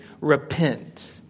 Repent